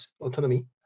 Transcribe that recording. autonomy